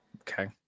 Okay